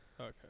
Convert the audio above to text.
Okay